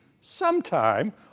Sometime